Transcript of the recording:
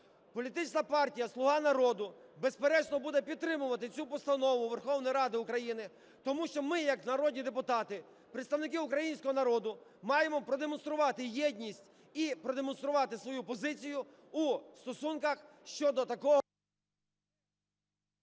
Політична партія "Слуга народу", безперечно, буде підтримувати цю постанову Верховної Ради України, тому що ми як народні депутати, представники українського народу маємо продемонструвати єдність і продемонструвати свою позицію у стосунках щодо такого…